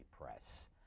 Press